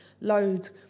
loads